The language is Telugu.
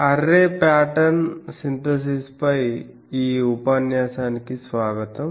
అర్రే పాటర్న్ సింథసిస్ పై ఈ ఉపన్యాసానికి స్వాగతం